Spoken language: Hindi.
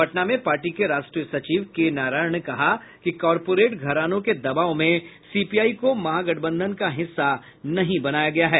पटना में पार्टी के राष्ट्रीय सचिव के नारायण ने कहा कि कॉर्पोरेट घरानों के दबाव में सीपीआई को महागठबंधन का हिस्सा नहीं बनाया गया है